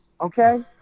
okay